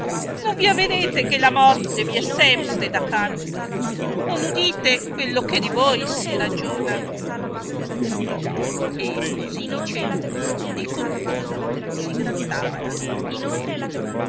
non vi avedete che la morte vi è sempre da canto non udite quello che di voi si ragiona e così dicendo di continuo si grattava la rogna